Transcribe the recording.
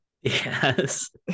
Yes